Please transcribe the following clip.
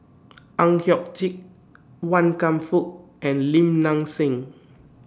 Ang Hiong Chiok Wan Kam Fook and Lim Nang Seng